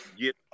get